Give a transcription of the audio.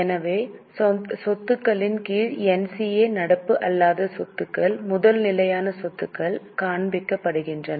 எனவே சொத்துக்களின் கீழ் NCA நடப்பு அல்லாத சொத்துக்கள் முதல் நிலையான சொத்துக்கள் காண்பிக்கப்படுகின்றன